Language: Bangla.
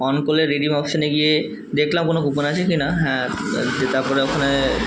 অন করলে রিডিম অপশানে গিয়ে দেখলাম কোনও কুপন আছে কি না হ্যাঁ যে তারপরে ওখানে